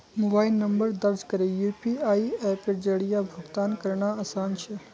mobile number दर्ज करे UPI अप्पेर जरिया भुगतान करना आसान छे